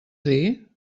dir